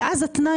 אז התנאי